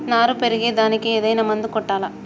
నారు పెరిగే దానికి ఏదైనా మందు కొట్టాలా?